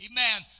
Amen